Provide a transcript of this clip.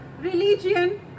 religion